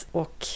och